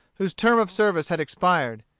whose term of service had expired.